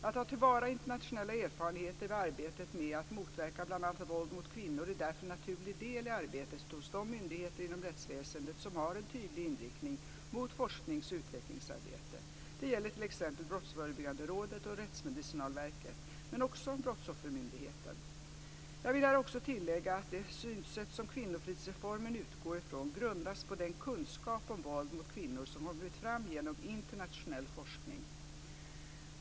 Att ta till vara internationella erfarenheter vid arbetet med att motverka bl.a. våld mot kvinnor är därför en naturlig del i arbetet hos de myndigheter inom rättsväsendet som har en tydlig inriktning mot forsknings och utvecklingsarbete. Det gäller t.ex. Brottsförebyggande rådet och Rättsmedicinalverket, men också Brottsoffermyndigheten. Jag vill här också tillägga att det synsätt som kvinnofridsreformen utgår från grundas på den kunskap om våld mot kvinnor som kommit fram genom internationell forskning.